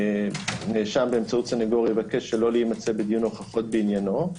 נאשם באמצעות סנגור יבקש שלא להימצא בדיון הוכחות בעניינו.